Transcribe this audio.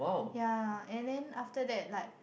ya and then after that like